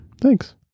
Thanks